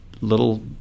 little